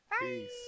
Peace